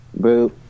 Boop